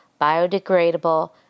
biodegradable